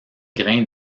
grains